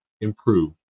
improved